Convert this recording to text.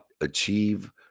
achieve